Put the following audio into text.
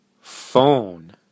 phone